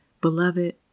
Beloved